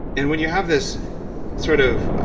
and when you have this sort of.